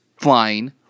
flying